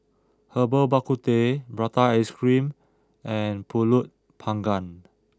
Herbal Bak Ku Teh Prata Ice Cream and Pulut Panggang